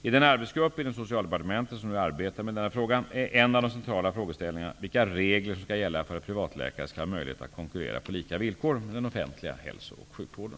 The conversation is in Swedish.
I den arbetsgrupp inom Socialdepartementet som nu arbetar med denna fråga är en av de centrala frågeställningarna vilka regler som skall gälla för att privatläkare skall ha möjlighet att konkurrera på lika villkor med den offentliga hälso och sjukvården.